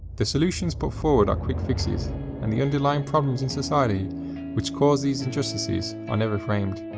the solutions put forward are quick fixes and the underlying problems in society which cause these injustices are never framed.